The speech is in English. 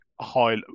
high